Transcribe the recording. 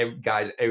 guys